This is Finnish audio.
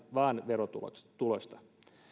vaan verotuloista